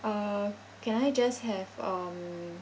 uh can I just have um